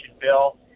bill